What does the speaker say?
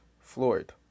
Floyd